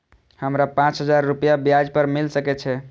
हमरा पाँच हजार रुपया ब्याज पर मिल सके छे?